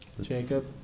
Jacob